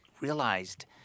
realized